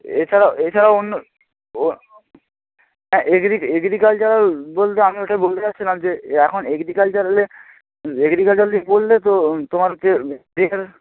এছাড়াও এছাড়াও অন্য ও হ্যাঁ এগ্রি এগ্রিকালচারাল বলতে আমি ওটাই বলতে যাচ্ছিলাম যে এখন এগ্রিকালচারালে এগ্রিকালচারাল নিয়ে পড়লে তো তোমারকে মেটিরিয়াল